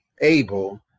able